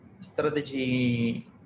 strategy